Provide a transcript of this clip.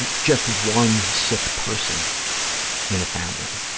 and just one sick person in a family.